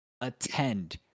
Attend